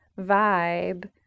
vibe